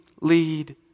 lead